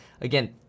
Again